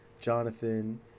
Jonathan